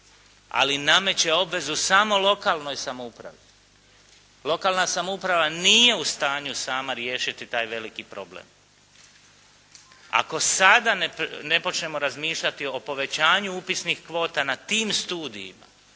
ali nameće obvezu samo lokalnoj samoupravi. Lokalna samouprava nije u stanju sama riješiti taj veliki problem. Ako sada ne počnemo razmišljati o povećanju upisnih kvota na tim studijima,